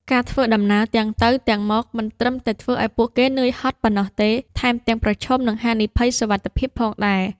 ការធ្វើដំណើរទាំងទៅទាំងមកមិនត្រឹមតែធ្វើឱ្យពួកគេនឿយហត់ប៉ុណ្ណោះទេ ថែមទាំងប្រឈមនឹងហានិភ័យសុវត្ថិភាពផងដែរ។